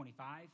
25